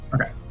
Okay